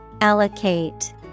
Allocate